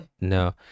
No